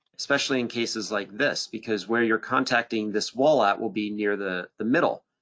especially in cases like this, because where you're contacting this wall at will be near the the middle.